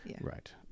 Right